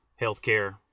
healthcare